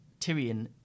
Tyrion